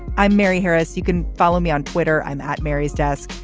i'm mary harris. you can follow me on twitter. i'm at mary's desk.